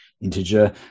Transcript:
integer